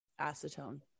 acetone